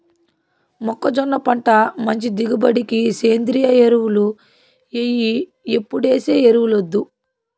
మొక్కజొన్న పంట మంచి దిగుబడికి సేంద్రియ ఎరువులు ఎయ్యి ఎప్పుడేసే ఎరువులొద్దు